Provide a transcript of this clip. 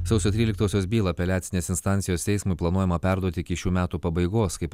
sausio tryliktosios bylą apeliacinės instancijos teismui planuojama perduoti iki šių metų pabaigos kaip